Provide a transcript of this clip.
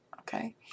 okay